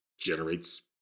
generates